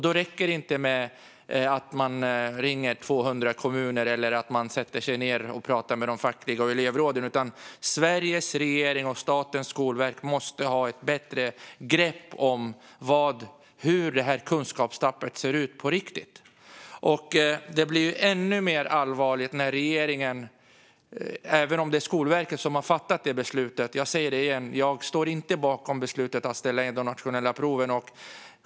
Då räcker det inte att ringa 200 kommuner eller sätta sig ned och prata med de fackliga och med elevråden, utan Sveriges regering och Statens skolverk måste ha ett bättre grepp om hur kunskapstappet ser ut på riktigt. Det blir ännu mer allvarligt när regeringen ställer in de nationella proven, även om det är Skolverket som har fattat beslutet. Jag säger det igen: Jag står inte bakom detta beslut.